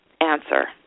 answer